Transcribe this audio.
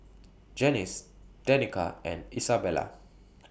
Janice Danica and Isabela